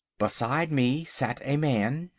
beside me sat a man.